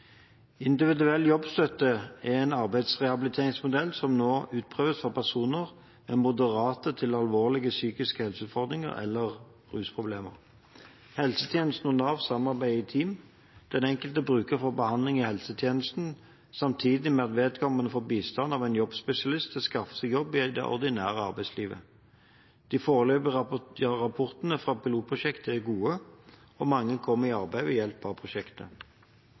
Individuell jobbstøtte er en arbeidsrehabiliteringsmodell som nå utprøves for personer med moderate til alvorlige psykiske helseutfordringer eller rusproblemer. Helsetjenesten og Nav samarbeider i team. Den enkelte bruker får behandling i helsetjenesten samtidig med at vedkommende får bistand av en jobbspesialist til å skaffe seg jobb i det ordinære arbeidslivet. De foreløpige rapportene fra pilotprosjektet er gode, og mange kommer i arbeid ved hjelp av prosjektet.